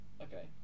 Okay